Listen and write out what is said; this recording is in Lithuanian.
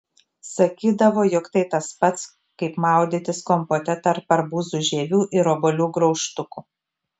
sakydavo jog tai tas pats kaip maudytis kompote tarp arbūzų žievių ir obuolių graužtukų